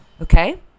okay